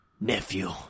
nephew